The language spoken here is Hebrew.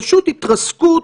פשוט התרסקות.